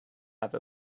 have